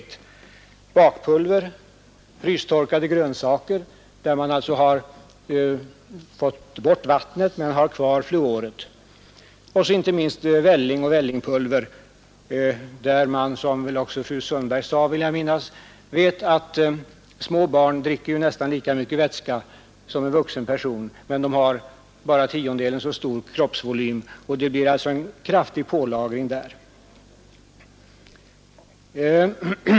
Det är samma förhållande med t.ex. bakpulver och frystorkade grönsaker — där man har tagit bort vattnet men har kvar fluoret — samt inte minst välling och vällingpulver. Små barn dricker ju nästan lika mycket vätska som en vuxen person men har bara en tiondel så stor kroppsvolym. Där blir det därför en kraftig pålagring av skadlig fluor.